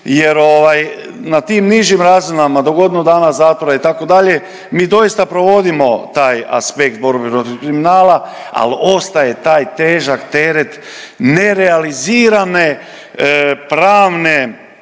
ovaj na tim nižim razinama do godinu dana zatvora itd. mi doista provodimo taj aspekt borbe protiv kriminala, al ostaje taj težak teret nerealizirane pravne